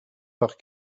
par